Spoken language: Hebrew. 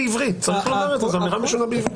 צריך לומר את זה, זאת אמירה משונה בעברית.